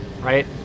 right